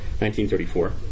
1934